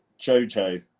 jojo